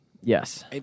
Yes